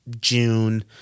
June